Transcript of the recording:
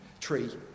Tree